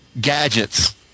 gadgets